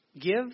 give